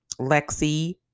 lexi